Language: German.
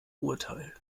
urteil